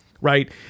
Right